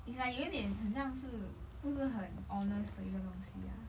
it's like 有一点很像是不是很 honest 的一个东西啊